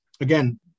again